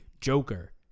Joker